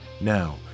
Now